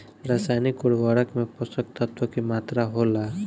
रसायनिक उर्वरक में पोषक तत्व की मात्रा होला?